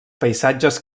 paisatges